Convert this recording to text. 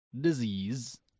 disease